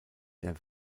der